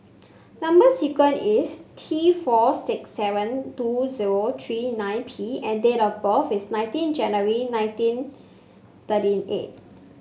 number sequence is T four six seven two zero three nine P and date of birth is sixteen January nineteen thirty eight